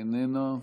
איננה,